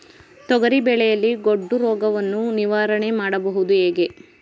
ತೊಗರಿ ಬೆಳೆಯಲ್ಲಿ ಗೊಡ್ಡು ರೋಗವನ್ನು ನಿವಾರಣೆ ಮಾಡುವುದು ಹೇಗೆ?